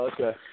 Okay